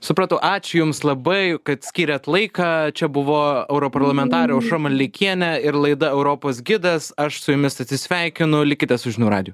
supratau ačiū jums labai kad skyrėt laiką čia buvo europarlamentarė aušra maldeikienė ir laida europos gidas aš su jumis atsisveikinu likite su žinių radiju